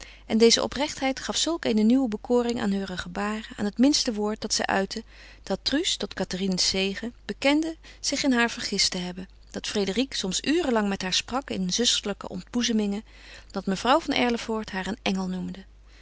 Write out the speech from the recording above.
en deze oprechtheid gaf zulk eene nieuwe bekoring aan heure gebaren aan het minste woord dat zij uitte dat truus tot cathérine's zege bekende zich in haar vergist te hebben dat frédérique soms uren lang met haar sprak in zusterlijke ontboezemingen dat mevrouw van erlevoort haar een engel noemde